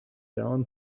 down